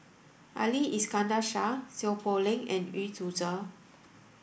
Ali Iskandar Shah Seow Poh Leng and Yu Zhuye